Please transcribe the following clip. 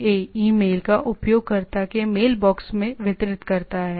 इसलिए MTA email को उपयोगकर्ता के मेलबॉक्स में वितरित करता है